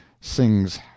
sings